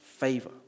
Favor